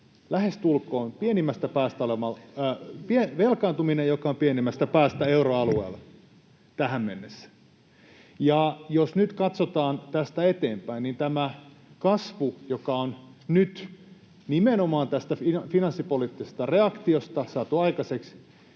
lähestulkoon pienimmästä päästä euroalueella. Jos katsotaan tästä eteenpäin, niin tämän kasvun osalta, joka on nyt nimenomaan tästä finanssipoliittisesta reaktiosta saatu aikaiseksi,